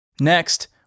Next